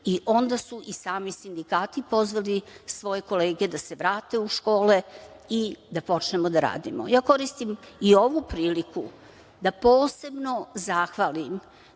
i onda su i sami sindikati pozvali svoje kolege da se vrate u škole i da počnemo da radimo. Koristim i ovu priliku da posebno zahvalim